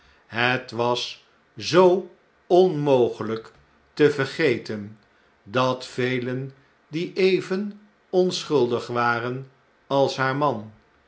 het was zoo onmogelijk te vergeten dat velen die even onschuldig waren als haar man